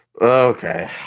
Okay